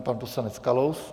Pan poslanec Kalous.